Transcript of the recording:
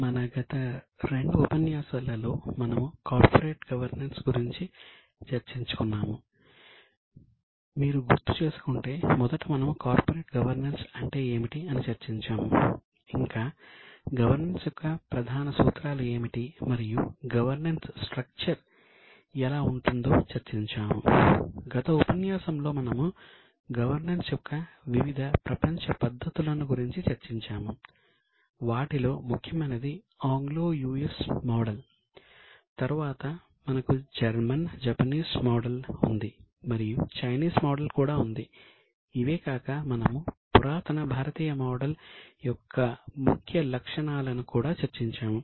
మన గత రెండు ఉపన్యాసాలలో మనము కార్పొరేట్ గవర్నెన్స్ యొక్క ముఖ్య లక్షణాలను కూడా చర్చించాము